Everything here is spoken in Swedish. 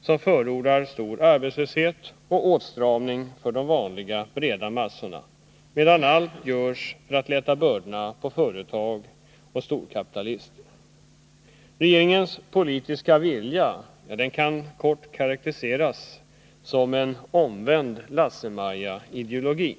som förordar stor arbetslöshet och åtstramning för de vanliga breda massorna, medan allt görs för att lätta bördorna för företag och storkapitalister. Regeringens politiska vilja kan kort karakteriseras som en omvänd Lasse-Maja-ideologi.